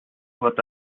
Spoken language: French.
doit